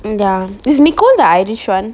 ya is nicole the irish [one]